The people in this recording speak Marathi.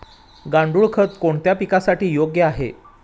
गांडूळ खत कोणत्या पिकासाठी योग्य आहे?